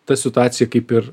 ta situacija kaip ir